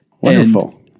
Wonderful